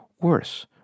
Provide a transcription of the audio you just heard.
worse